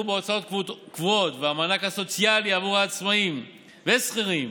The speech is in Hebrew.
בהוצאות קבועות והמענק הסוציאלי עבור עצמאים ושכירים